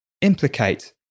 implicate